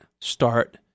start